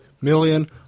million